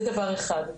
זה דבר אחד.